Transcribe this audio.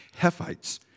Hephites